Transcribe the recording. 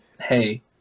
hey